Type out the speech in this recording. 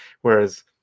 Whereas